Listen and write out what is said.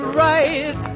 right